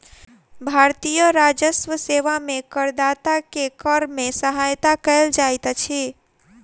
भारतीय राजस्व सेवा में करदाता के कर में सहायता कयल जाइत अछि